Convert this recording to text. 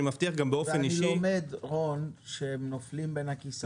אני לומד שהם נופלים בין הכיסאות.